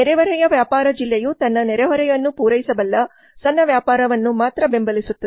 ನೆರೆಹೊರೆಯ ವ್ಯಾಪಾರ ಜಿಲ್ಲೆಯು ತನ್ನ ನೆರೆಹೊರೆಯನ್ನು ಪೂರೈಸಬಲ್ಲ ಸಣ್ಣ ವ್ಯಾಪಾರವನ್ನು ಮಾತ್ರ ಬೆಂಬಲಿಸುತ್ತದೆ